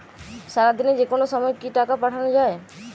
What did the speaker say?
সারাদিনে যেকোনো সময় কি টাকা পাঠানো য়ায়?